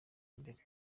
mbere